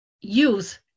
youth